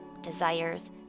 desires